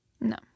No